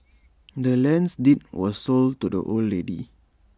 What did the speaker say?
the land's deed was sold to the old lady